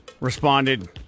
responded